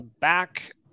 back